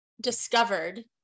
discovered